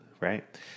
Right